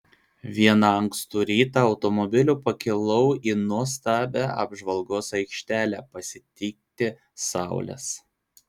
vieną ankstų rytą automobiliu pakilau į nuostabią apžvalgos aikštelę pasitikti saulės